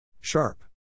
sharp